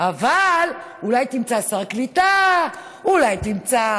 אולי נעזור